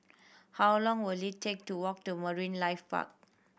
how long will it take to walk to Marine Life Park